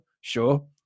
Sure